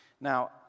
Now